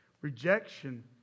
rejection